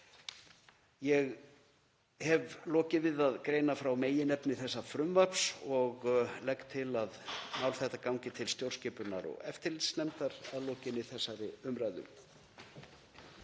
Ég hef lokið við að greina frá meginefni þessa frumvarps og legg til að mál þetta gangi til stjórnskipunar- og eftirlitsnefndar að lokinni þessari umræðu.